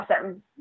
awesome